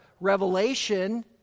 Revelation